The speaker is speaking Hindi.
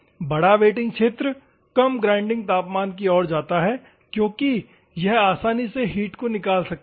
बड़ा वेटिंग क्षेत्र कम ग्राइंडिंग तापमान की ओर जाता है क्योंकि यह आसानी से हीट को निकाल सकता है